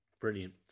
brilliant